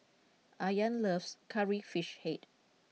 Ayaan loves Curry Fish Head